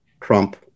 Trump